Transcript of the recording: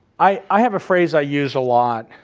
i i have a phrase i use a lot,